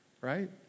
Right